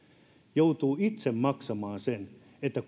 joutuu itse maksamaan sen että